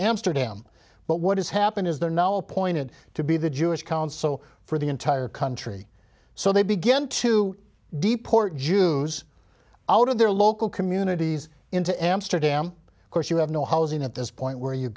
amsterdam but what has happened is they're now appointed to be the jewish council for the entire country so they begin to deport jews out of their local communities into amsterdam of course you have no housing at this point where you